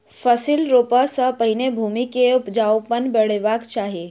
फसिल रोपअ सॅ पहिने भूमि के उपजाऊपन बढ़ेबाक चाही